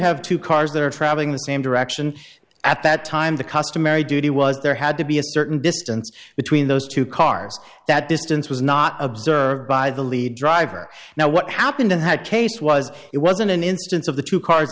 have two cars that are traveling the same direction at that time the customary duty was there had to be a certain distance between those two cars that distance was not observed by the lead driver now what happened had case was it wasn't an instance of the two car